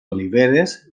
oliveres